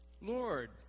Lord